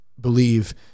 believe